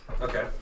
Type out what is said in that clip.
Okay